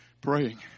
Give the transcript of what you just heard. praying